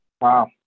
wow